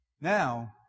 Now